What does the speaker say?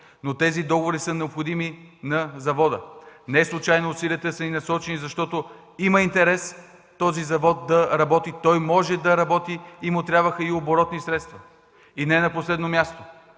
Тези договори са необходими на завода. Не случайно усилията ни са насочени натам, защото има интерес този завод да работи. Той може да работи, но му трябваха оборотни средства. И не на последно място,